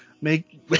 make